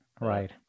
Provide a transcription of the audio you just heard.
Right